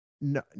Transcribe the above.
No